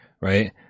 right